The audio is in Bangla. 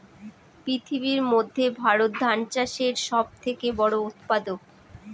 পৃথিবীর মধ্যে ভারত ধান চাষের সব থেকে বড়ো উৎপাদক